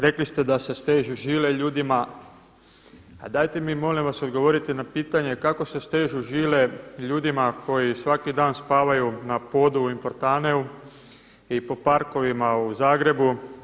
Rekli ste da se stežu žile ljudima a dajte mi molim vas odgovorite na pitanje kako se stežu žile ljudima koji svaki dan spavaju na podu u Importaneu i po parkovima u Zagrebu?